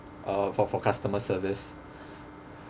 uh for for customer service